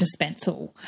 dispensal